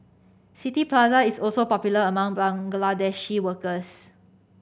City Plaza is also popular among Bangladeshi workers